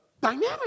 dynamic